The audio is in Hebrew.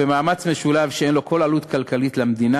במאמץ משולב שאין לו כל עלות כלכלית למדינה,